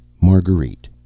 Marguerite